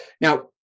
Now